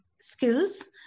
skills